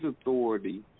authority